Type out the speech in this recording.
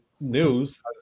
news